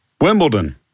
Wimbledon